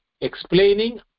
explaining